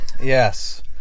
Yes